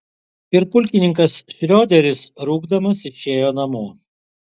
ir pulkininkas šrioderis rūgdamas išėjo namo